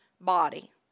body